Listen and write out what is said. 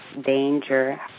danger